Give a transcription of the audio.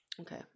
Okay